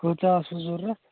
کۭژاہ آسو ضوٚرَتھ